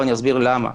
ואסביר למה.